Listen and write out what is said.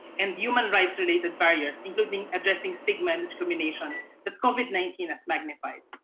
and human rights related barriers, including addressing stigma and discrimination that covid nineteen has magnified.